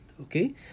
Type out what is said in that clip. Okay